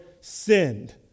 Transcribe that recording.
sinned